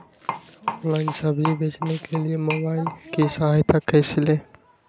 Online सब्जी बेचने के लिए मोबाईल की सहायता कैसे ले?